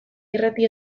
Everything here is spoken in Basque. irrati